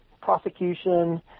prosecution